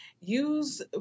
use